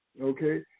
Okay